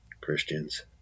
Christians